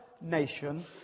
nation